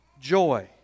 joy